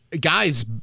Guys